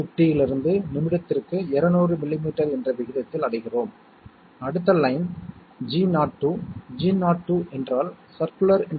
எனவே A' B' A OR B A AND B முதலியவற்றின் பொதுவான முடிவுகளையும் நான் எழுதியுள்ளேன்